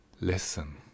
Listen